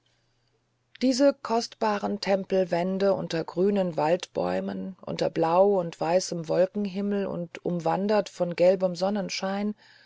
diese kostbaren tempelwände unter grünen waldbäumen unter blau und weißem wolkenhimmel und umwandert von gelbem sonnenschein